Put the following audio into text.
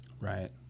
right